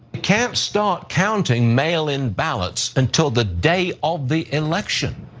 can't start counting mail in ballots until the day of the election,